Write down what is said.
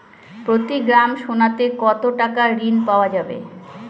প্রতি গ্রাম সোনাতে কত টাকা ঋণ পাওয়া যাবে?